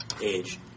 age